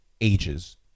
ages